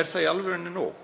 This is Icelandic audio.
Er það í alvörunni nóg?